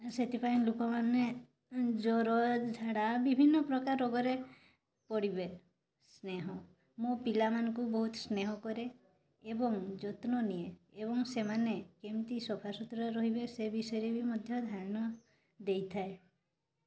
ସେଥିପାଇଁ ଲୋକମାନେ ଜ୍ୱର ଝାଡ଼ା ବିଭିନ୍ନ ପ୍ରକାର ରୋଗରେ ପଡ଼ିବେ ସ୍ନେହ ମୁଁ ପିଲାମାନଙ୍କୁ ବହୁତ ସ୍ନେହ କରେ ଏବଂ ଯତ୍ନ ନିଏ ଏବଂ ସେମାନେ କେମିତି ସଫାସୁତରା ରହିବେ ସେ ବିଷୟରେ ମଧ୍ୟ ଧ୍ୟାନ ଦେଇଥାଏ